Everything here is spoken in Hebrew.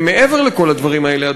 מעבר לכל הדברים האלה,